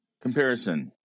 comparison